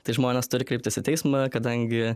tai žmonės turi kreiptis į teismą kadangi